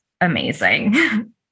amazing